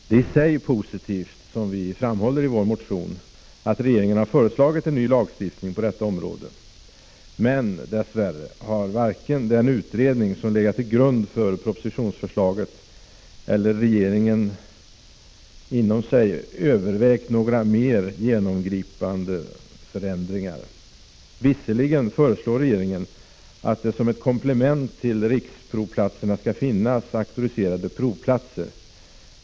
Det är i sig positivt, vilket framhålls i den moderata motionen, att regeringen har föreslagit en ny lagstiftning på detta område. Dess värre har varken de som deltagit i den utredning som legat till grund för propositionsförslaget eller regeringen övervägt några mer genomgripande förändringar. Visserligen föreslår regeringen att det som ett komplement till riksprovplatserna skall finnas auktoriserade provplatser.